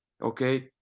okay